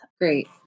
Great